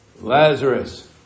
Lazarus